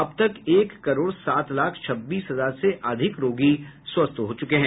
अब तक एक करोड सात लाख छब्बीस हजार से अधिक रोगी स्वस्थ हो चुके हैं